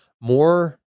more